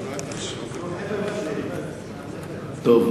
טוב,